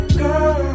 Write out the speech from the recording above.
girl